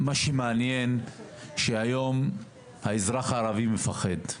מה שמעניין שהיום האזרח הערבי מפחד.